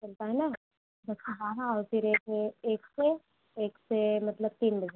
चलता है न दस से बारह और फिर एक एक से एक से मतलब तीन बजे तक